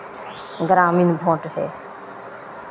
ग्रामीण भोट होय